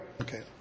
Okay